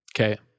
Okay